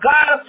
God